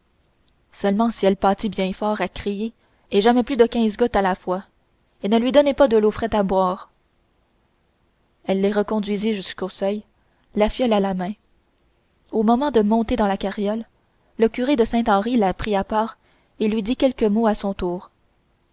seulement si elle pâtit bien fort à crier et jamais plus de quinze gouttes à la fois et ne lui donnez pas d'eau frette à boire elle les reconduisit jusqu'au seuil la fiole à la main au moment de monter dans la carriole le curé de saint henri la prit à part et lui dit quelques mots à son tour